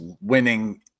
winning